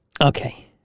okay